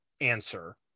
answer